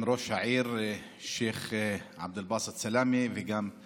עם ראש העיר שייח' עבד אלבאסט סלאמה וגם עם